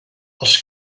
els